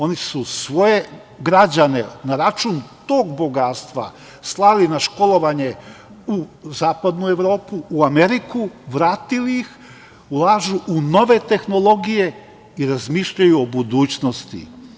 Oni su svoje građane na račun tog bogatstva slali na školovanje u zapadnu Evropu, u Ameriku, vratili ih, ulažu u nove tehnologije i razmišljaju o budućnosti.